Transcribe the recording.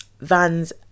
vans